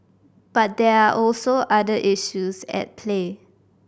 but there are also other issues at play